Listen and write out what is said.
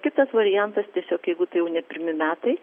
kitas variantas tiesiog jeigu tai jau ne pirmi metai